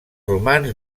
romans